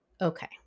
Okay